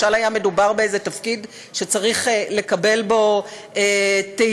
משל היה מדובר באיזה תפקיד שצריך לקבל בו תהילה